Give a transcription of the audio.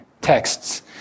texts